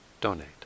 donate